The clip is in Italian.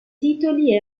titoli